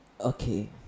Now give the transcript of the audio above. okay